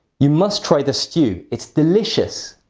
you must try the stew it's delicious!